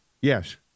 Yes